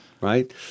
right